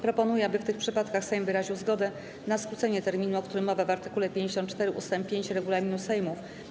Proponuję, aby w tych przypadkach Sejm wyraził zgodę na skrócenie terminu, o którym mowa w art. 54 ust. 5 regulaminu Sejmu.